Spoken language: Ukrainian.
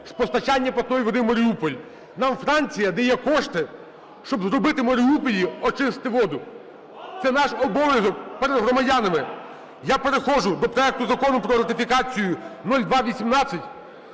з постачання питної води у Маріуполі. Нам Франція дає кошти, щоб зробити у Маріуполі… очистити воду. Це наш обов'язок перед громадянами. Я переходжу до проекту Закону про ратифікацію 0218.